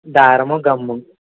దారము గమ్ము